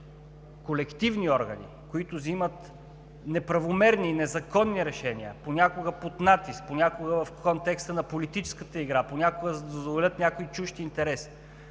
колективни органи, които вземат неправомерни и незаконни решения – понякога под натиск, понякога в контекста на политическата игра, понякога, за да задоволят някой чужд интерес.